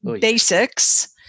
Basics